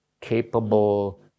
capable